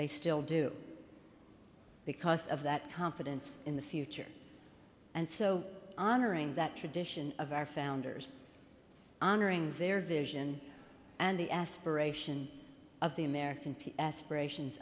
they still do because of that confidence in the future and so honoring that tradition of our founders honoring their vision and the aspiration of the american people aspirations